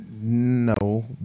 no